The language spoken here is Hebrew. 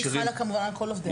היא חלה כמובן על כל עובדי המדינה.